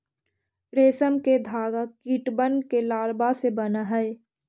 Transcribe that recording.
रेशम के धागा कीटबन के लारवा से बन हई